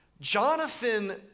Jonathan